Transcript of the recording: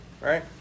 right